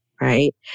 right